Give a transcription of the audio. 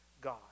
God